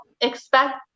expect